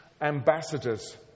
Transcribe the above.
ambassadors